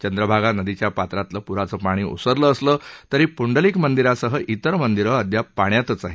चंद्रभागा नदीच्या पात्रातील प्राचं पाणी ओसरलं असलं तरी पृंडलिक मंदिरासह इतर मंदिरं अद्याप पाण्यातच आहेत